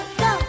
go